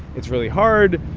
it's really hard.